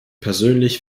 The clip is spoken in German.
persönlich